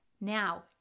Now